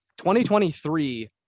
2023